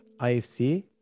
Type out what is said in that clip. IFC